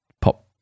pop